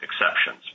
exceptions